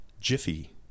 jiffy